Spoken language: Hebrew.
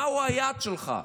מה היעד שלך?